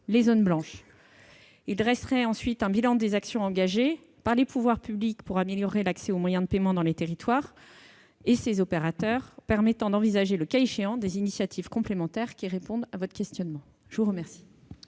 les zones blanches. Il dresserait ensuite un bilan des actions engagées par les pouvoirs publics pour améliorer l'accès aux moyens de paiement dans les territoires et par ses opérateurs, permettant d'envisager le cas échéant des initiatives complémentaires qui répondent à votre questionnement. Quel